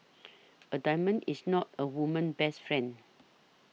a diamond is not a woman's best friend